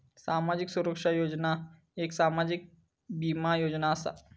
सामाजिक सुरक्षा योजना एक सामाजिक बीमा योजना असा